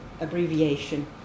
abbreviation